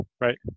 right